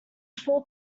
four